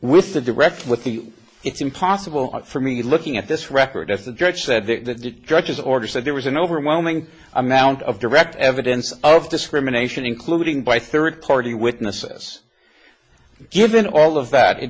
with the direct with the it's impossible for me looking at this record as the judge said the judge's order said there was an overwhelming amount of direct evidence of discrimination including by third party witnesses given all of that it